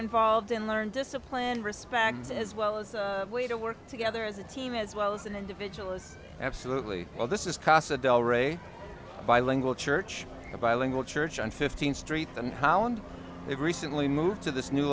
involved in learn discipline respect as well as a way to work together as a team as well as an individual is absolutely well this is casa del rey bilingual church a bilingual church on fifteenth street and holland it recently moved to this new